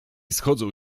schodzą